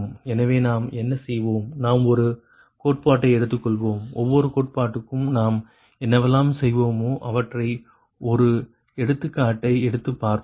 எனவே நாம் என்ன செய்வோம் நாம் ஒரு கோட்பாடை எடுத்துக்கொள்வோம் ஒவ்வொரு கோட்பாட்டுக்கும் நாம் என்னவெல்லாம் செய்வோமோ அவற்றை ஒரு எடுத்துக்காட்டை எடுத்து பார்ப்போம்